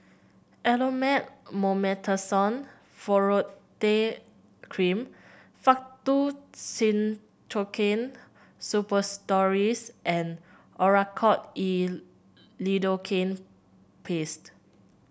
Elomet Mometasone Furoate Cream Faktu Cinchocaine Suppositories and Oracort E Lidocaine Paste